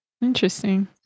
Interesting